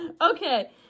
okay